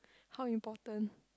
how important